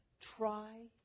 Try